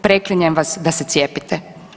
Preklinjem vas da se cijepite.